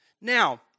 Now